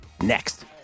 Next